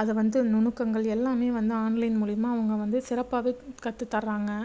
அது வந்து நுணுக்கங்கள் எல்லாமே வந்து ஆன்லைன் மூலியமாக அவங்க வந்து சிறப்பாகவே கத்து தர்றாங்க